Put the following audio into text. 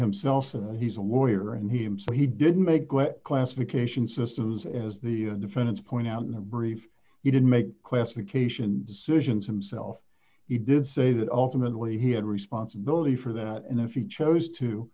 himself and he's a lawyer and he him so he didn't make classification systems as the defendants point out in the brief he did make classification decisions himself he did say that ultimately he had responsibility for that and if you chose to